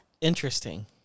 Interesting